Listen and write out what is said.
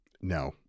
No